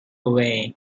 away